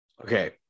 Okay